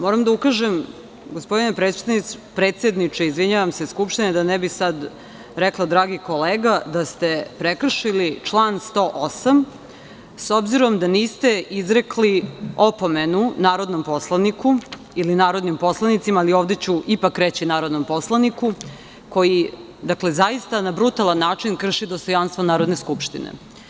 Moram da ukažem gospodine predsedniče Skupštine, da ne bih sada rekla dragi kolega, da ste prekršili član 108. s obzirom da niste izrekli opomenu narodnom poslaniku ili narodnim poslanicima ali ovde ću ipak reći narodnom poslaniku koji na brutalan način krši dostojanstvo Narodne skupštine.